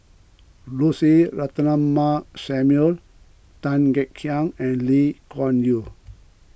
Lucy Ratnammah Samuel Tan Kek Hiang and Lee Kuan Yew